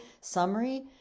summary